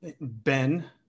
Ben